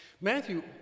Matthew